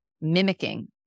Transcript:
mimicking